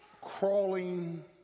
crawling